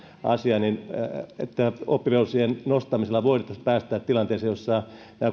asiaa vastaan sanovat että oppivelvollisuusiän nostamisella voitaisiin päästä tilanteeseen jossa